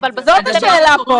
זה היה מהתחלה.